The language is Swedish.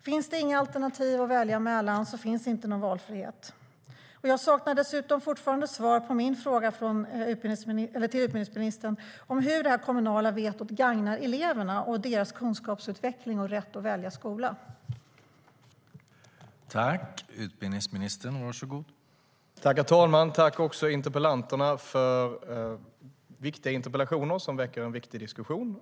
Finns det inga alternativ att välja mellan finns heller ingen valfrihet.